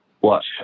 watch